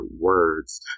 words